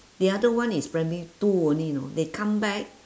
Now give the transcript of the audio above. the other one is primary two only know they come back